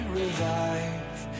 revive